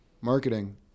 marketing